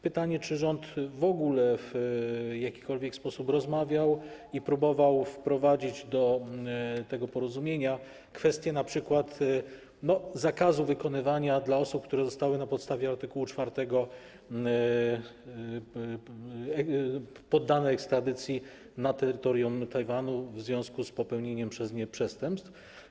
Pytanie: Czy rząd w ogóle w jakikolwiek sposób rozmawiał o tym i próbował wprowadzić do tego porozumienia kwestię np. zakazu wykonywania tego wobec osób, które zostały na podstawie art. 4 poddane ekstradycji, na terytorium Tajwanu w związku z popełnieniem przez nie przestępstw?